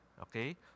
Okay